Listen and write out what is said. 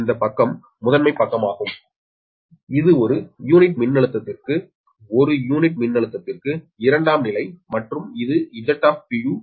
இந்த பக்கம் முதன்மை பக்கமாகும் இது ஒரு யூனிட் மின்னழுத்தத்திற்கு ஒரு யூனிட் மின்னழுத்தத்திற்கு இரண்டாம் நிலை மற்றும் இது Z வலது